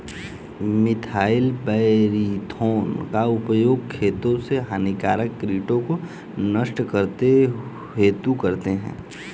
methyl parathion का उपयोग खेतों से हानिकारक कीटों को नष्ट करने हेतु करते है